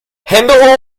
hände